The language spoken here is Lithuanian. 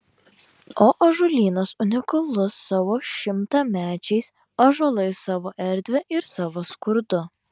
o ąžuolynas unikalus savo šimtamečiais ąžuolais savo erdve ir savo skurdu